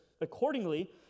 Accordingly